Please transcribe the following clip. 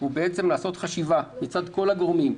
הוא לעשות חשיבה מצד כל הגורמים,